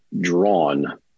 drawn